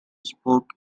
spoke